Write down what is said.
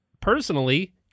personally